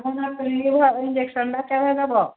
ଆପଣଙ୍କ ଫ୍ରି ଇଞ୍ଜେକସନ୍ଟା କେବେ ଦେବ